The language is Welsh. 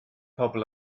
pobl